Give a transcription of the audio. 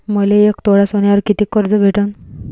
मले एक तोळा सोन्यावर कितीक कर्ज भेटन?